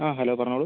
ആ ഹലോ പറഞ്ഞോളൂ